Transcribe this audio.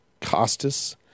Costas